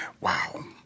Wow